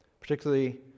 particularly